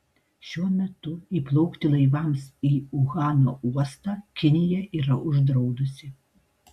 šiuo metu įplaukti laivams į uhano uostą kinija yra uždraudusi